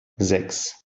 sechs